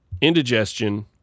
indigestion